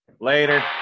Later